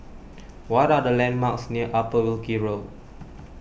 what are the landmarks near Upper Wilkie Road